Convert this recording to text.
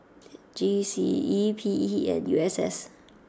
G C E P E and U S S